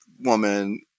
woman